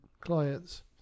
clients